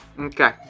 Okay